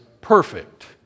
perfect